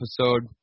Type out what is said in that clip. episode